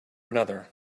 another